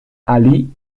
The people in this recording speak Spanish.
ali